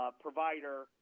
provider